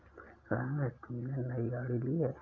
रमेश तुमने नई गाड़ी ली हैं